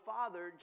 Father